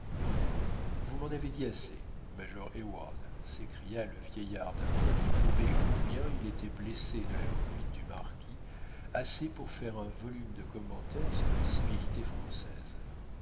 vous m'en avez dit assez major heyward s'écria le vieillard d'un ton qui prouvait combien il était blessé de la conduite du marquis assez pour faire un volume de commentaires sur la civilité française